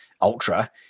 ultra